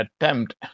attempt